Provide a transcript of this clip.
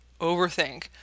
overthink